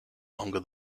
longer